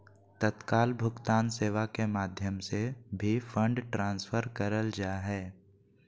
तत्काल भुगतान सेवा के माध्यम से भी फंड ट्रांसफर करल जा हय